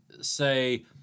say